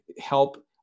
help